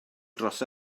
dros